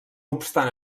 obstant